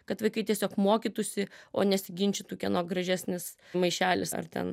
kad vaikai tiesiog mokytųsi o nesiginčytų kieno gražesnis maišelis ar ten